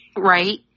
right